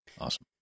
Awesome